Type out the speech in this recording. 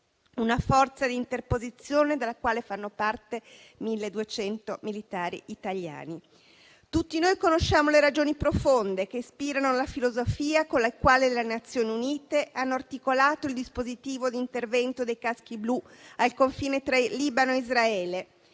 una forza di interposizione della quale fanno parte 1.200 militari italiani. Tutti noi conosciamo le ragioni profonde che ispirano la filosofia con la quale le Nazioni Unite hanno articolato il dispositivo di intervento dei caschi blu al confine tra Libano e Israele.